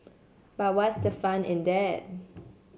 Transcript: but what's the fun in that